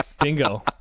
Bingo